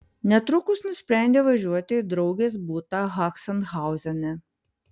netrukus nusprendė važiuoti į draugės butą zachsenhauzene